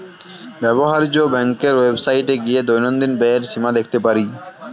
ব্যবহার্য ব্যাংকের ওয়েবসাইটে গিয়ে দৈনন্দিন ব্যয়ের সীমা দেখতে পারি